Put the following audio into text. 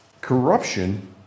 corruption